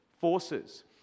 forces